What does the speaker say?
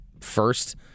first